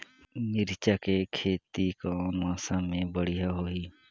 मिरचा के खेती कौन मौसम मे बढ़िया होही?